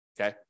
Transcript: okay